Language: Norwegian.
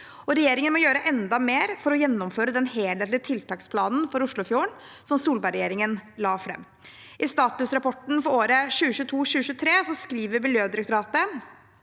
Regjeringen må gjøre enda mer for å gjennomføre den helhetlige tiltaksplanen for Oslofjorden som Solberg-regjeringen la fram. I statusrapporten for året 2022–2023 skriver Miljødirektoratet